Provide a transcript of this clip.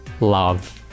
Love